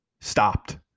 stopped